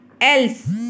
else